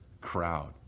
crowd